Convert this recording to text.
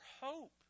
hope